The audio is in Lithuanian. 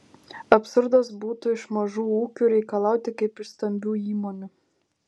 absurdas būtų iš mažų ūkių reikalauti kaip iš stambių įmonių